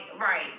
right